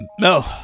No